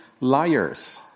liars